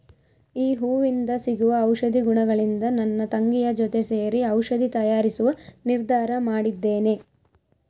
ಈ ಹೂವಿಂದ ಸಿಗುವ ಔಷಧಿ ಗುಣಗಳಿಂದ ನನ್ನ ತಂಗಿಯ ಜೊತೆ ಸೇರಿ ಔಷಧಿ ತಯಾರಿಸುವ ನಿರ್ಧಾರ ಮಾಡಿದ್ದೇನೆ